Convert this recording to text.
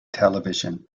television